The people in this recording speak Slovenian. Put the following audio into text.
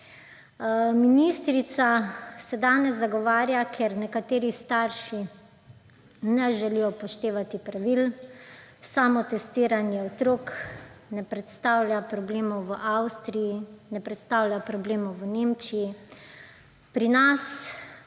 Ministrica se danes zagovarja, ker nekateri starši ne želijo upoštevati pravil. Samotestiranje otrok ne predstavlja problemov v Avstriji, ne predstavlja problemov v Nemčiji, pri nas